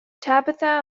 tabitha